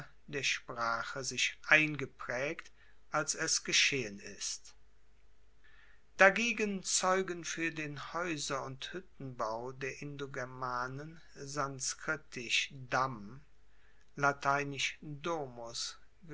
der sprache sich eingepraegt als es geschehen ist dagegen zeugen fuer den haeuser und huettenbau der indogermanen sanskritisch